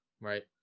right